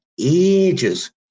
ages